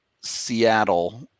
Seattle